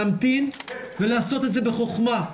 להמתין ולעשות את זה בחכמה,